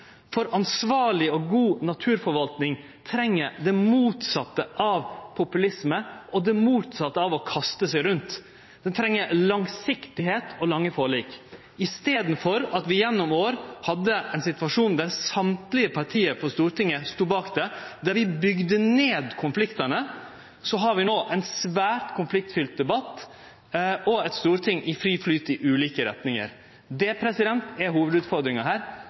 for ansvarleg og god naturforvaltning treng det motsette av populisme og det motsette av å kaste seg rundt. Ein treng langsiktigheit og lange forlik. I staden for at vi gjennom år hadde ein situasjon der alle partia på Stortinget stod bak det, der vi bygde ned konfliktane, har vi no ein svært konfliktfylt debatt og eit storting i fri flyt i ulike retningar. Det er hovudutfordringa her.